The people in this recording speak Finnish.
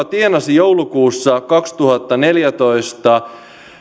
tienasi joulukuussa kaksituhattaneljätoista